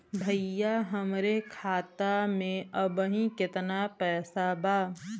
भईया हमरे खाता में अबहीं केतना पैसा बा?